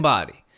Body